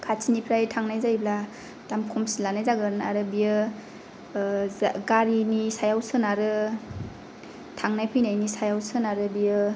खाथिनिफ्राय थांनाय जायोब्ला दाम खमसिन लानाय जागोन आरो बियो गारिनि सायाव सोनारो थांनाय फैनायनि सायाव सोनारो बेयो